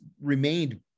remained